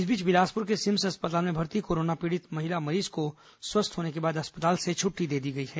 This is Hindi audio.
इस बीच बिलासपुर के सिम्स अस्पताल में भर्ती कोरोना पीड़ित महिला मरीज को स्वस्थ होने के बाद अस्पताल से छुट्टी दे दी गई है